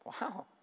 Wow